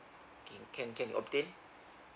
c~ can can obtain